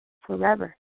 forever